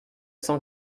cent